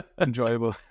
enjoyable